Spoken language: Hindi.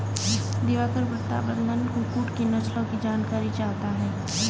दिवाकर प्रतापधन कुक्कुट की नस्लों की जानकारी चाहता है